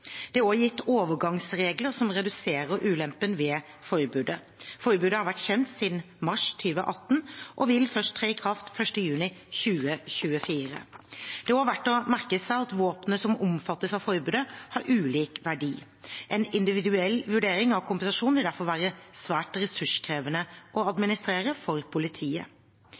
Det er også gitt overgangsregler som reduserer ulempen ved forbudet. Forbudet har vært kjent siden mars 2018 og vil først tre i kraft 1. juni 2024. Det er også verdt å merke seg at våpnene som omfattes av forbudet, har ulik verdi. En individuell vurdering av kompensasjon vil derfor være svært ressurskrevende å administrere for politiet.